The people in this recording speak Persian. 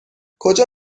کجا